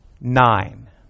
Nine